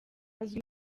azwi